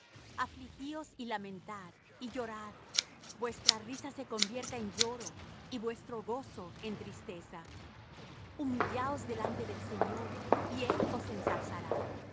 afligíos y lamentad y llorad vuestra risa se convierta en lloro y vuestro gozo en tristeza humillaos delante del señor y él os ensalzará